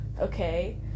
Okay